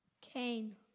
Cain